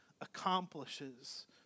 accomplishes